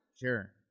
Sure